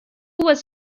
was